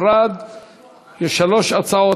יש שלוש הצעות,